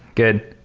good.